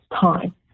time